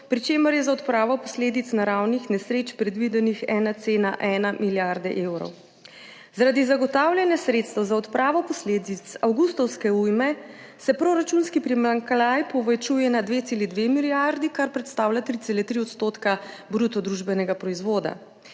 pri čemer je za odpravo posledic naravnih nesreč predvidena 1,1 milijarda evrov. Zaradi zagotavljanja sredstev za odpravo posledic avgustovske ujme se proračunski primanjkljaj povečuje na 2,2 milijardi, kar predstavlja 3,3 % bruto družbenega proizvoda.